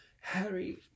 Harry